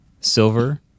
silver